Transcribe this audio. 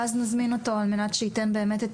ואז נזמין אותו על מנת שייתן באמת את